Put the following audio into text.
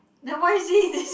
then why is he